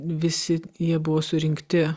visi jie buvo surinkti